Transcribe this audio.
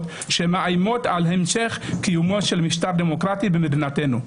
שמאיימות על המשך קיומו של משטר דמוקרטי במדינתנו.